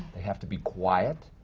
it has to be quiet,